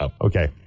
okay